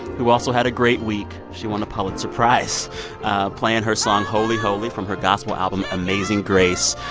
who also had a great week. she won a pulitzer prize playing her song wholy holy from her gospel album amazing grace.